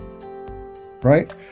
right